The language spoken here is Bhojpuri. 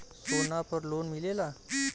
सोना पर लोन मिलेला?